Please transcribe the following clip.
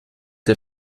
der